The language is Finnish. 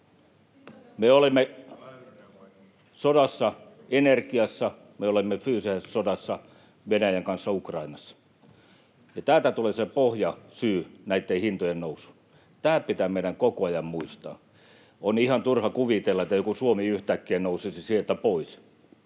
Me olemme sodassa energiassa, me olemme fyysisessä sodassa Venäjän kanssa Ukrainassa, ja täältä tulee se pohjasyy näitten hintojen nousuun. Tämä pitää meidän koko ajan muistaa. On ihan turha kuvitella, että joku Suomi yhtäkkiä nousisi sieltä pois.